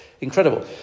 incredible